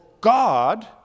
God